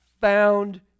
found